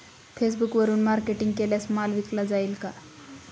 फेसबुकवरुन मार्केटिंग केल्यास माल विकला जाईल का?